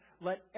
let